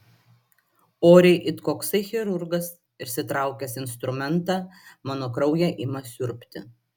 oriai it koksai chirurgas išsitraukęs instrumentą mano kraują ima siurbti